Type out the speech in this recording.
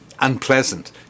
unpleasant